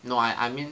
no I I mean